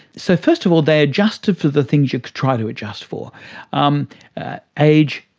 so first of all they adjusted for the things you could try to adjust for um age,